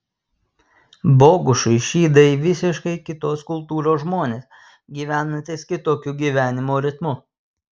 bogušui žydai visiškai kitos kultūros žmonės gyvenantys kitokiu gyvenimo ritmu